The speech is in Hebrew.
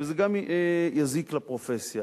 וזה גם יזיק לפרופסיה.